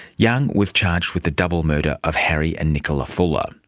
young was charged with the double murder of harry and nicola fuller.